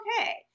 okay